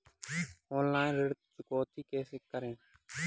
Online ऋण चुकौती कैसे करें?